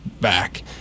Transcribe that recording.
back